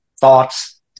thoughts